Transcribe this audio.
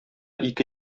ике